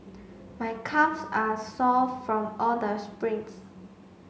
my calves are sore from all the sprints